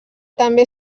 també